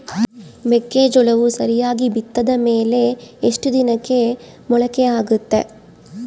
ಮೆಕ್ಕೆಜೋಳವು ಸರಿಯಾಗಿ ಬಿತ್ತಿದ ಮೇಲೆ ಎಷ್ಟು ದಿನಕ್ಕೆ ಮೊಳಕೆಯಾಗುತ್ತೆ?